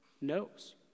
knows